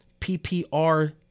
PPR